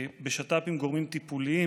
בשיתוף פעולה עם גורמים טיפוליים,